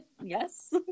yes